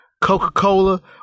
Coca-Cola